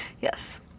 Yes